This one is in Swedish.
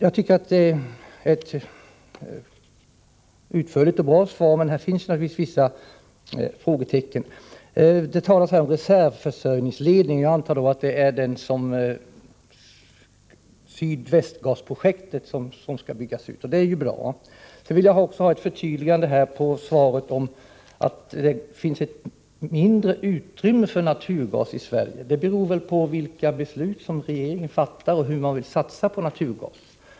Jag tycker statsrådet ger ett utförligt och bra svar, men här finns naturligtvis vissa frågetecken. Det talas i svaret om en reservförsörjningsledning. Jag antar att det handlar om Sydvästgas-projektet som skall byggas ut. Det är bra. Jag vill också ha ett förtydligande av svaret om att det finns mindre utrymme för naturgas i Sverige. Det beror väl på vilka beslut som regeringen fattar och hur den vill satsa på naturgas.